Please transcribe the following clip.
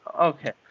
okay